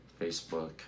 Facebook